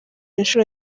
inshuro